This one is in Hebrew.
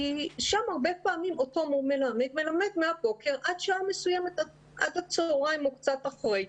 כי שם הרבה פעמים אותו מורה מלמד מהבוקר עד הצהריים או קצת אחרי,